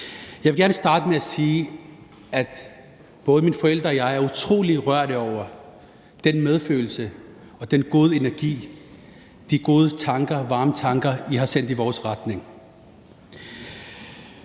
Jeg vil gerne starte med at sige, at både mine forældre og jeg er utrolig rørt over den medfølelse og den gode energi, de gode og varme tanker, I har sendt i vores retning